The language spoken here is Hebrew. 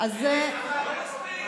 לא מספיק.